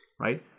right